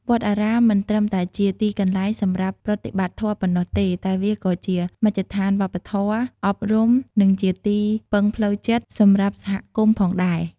វត្តអារាមមិនត្រឹមតែជាទីកន្លែងសម្រាប់ប្រតិបត្តិធម៌ប៉ុណ្ណោះទេ តែវាក៏ជាមជ្ឈមណ្ឌលវប្បធម៌ អប់រំ និងជាទីពឹងផ្លូវចិត្តសម្រាប់សហគមន៍ផងដែរ។